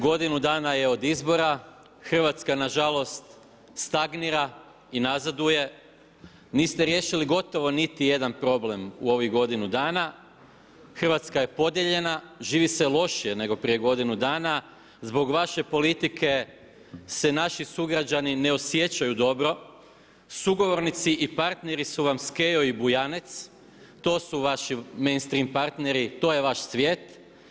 Godinu dana je od izbora, Hrvatska nažalost stagnira i nazaduje, niste riješili gotovo niti jedan problem u ovih godinu dana, Hrvatska je podijeljena, živi se lošije nego prije godinu dana. zbog vaše politike se naši sugrađani ne osjećaju dobro, sugovornici i partneri su vam Skejo i Bujanec, to su vaši mainstream partneri, to je vaš svijet.